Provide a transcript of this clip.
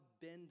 bend